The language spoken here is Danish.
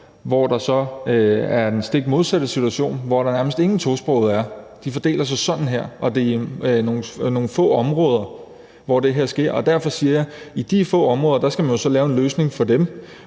hvor der er den stik modsatte situation, og hvor der er nærmest ingen tosprogede er. Der er her en klar fordeling, og det er nogle få områder, hvor det her sker, og derfor siger jeg, at i de få områder skal man så lave en løsning for dem,